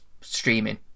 streaming